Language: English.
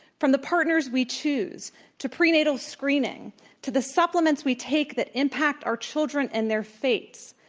from the partners we choose to prenatal screening to the supplements we take that impact our children and their fates.